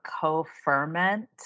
co-ferment